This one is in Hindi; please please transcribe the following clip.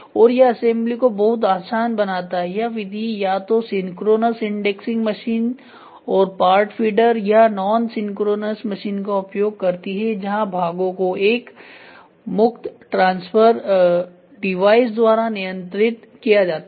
और यह असेंबली को बहुत आसान बनाता है यह विधि या तो सिंक्रोनस इंडेक्सिंग मशीन और पार्ट फीडर या नॉन सिंक्रोनस मशीन का उपयोग करती है जहां भागों को एक मुक्त ट्रांसफर डिवाइस द्वारा नियंत्रित किया जाता है